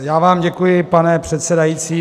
Já vám děkuji, pane předsedající.